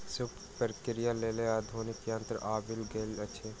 सूप प्रक्रियाक लेल आधुनिक यंत्र आबि गेल अछि